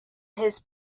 his